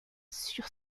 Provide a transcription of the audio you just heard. sur